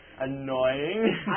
annoying